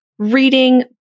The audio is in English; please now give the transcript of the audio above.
reading